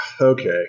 Okay